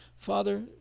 Father